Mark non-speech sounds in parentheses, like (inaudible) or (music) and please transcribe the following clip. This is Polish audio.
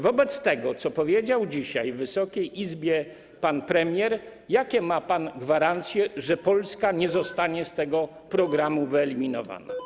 Wobec tego, co powiedział dzisiaj Wysokiej Izbie pan premier, jakie ma pan gwarancje, że Polska (noise) nie zostanie z tego programu wyeliminowana?